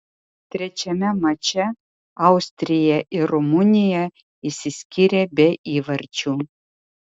trečiame mače austrija ir rumunija išsiskyrė be įvarčių